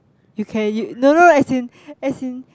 you can you no no as in as in